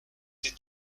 ses